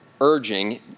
urging